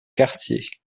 quartier